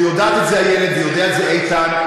ויודעת את זה איילת וידע את זה איתן.